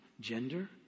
gender